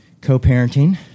co-parenting